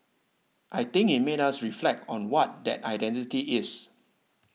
I think it made us reflect on what that identity is